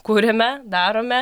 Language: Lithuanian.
kuriame darome